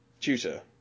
tutor